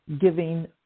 giving